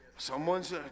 Someone's